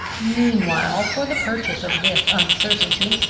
meanwhile, for the purchase of this uncertainty,